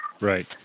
Right